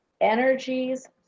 energies